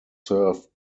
served